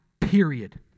period